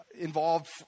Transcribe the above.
involved